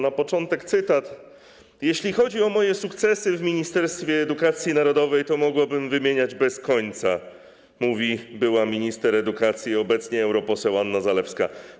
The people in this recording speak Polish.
Na początek cytat: Jeśli chodzi o moje sukcesy w Ministerstwie Edukacji Narodowej, to mogłabym wymieniać bez końca - mówi była minister edukacji, obecnie europoseł Anna Zalewska.